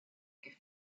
que